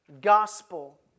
gospel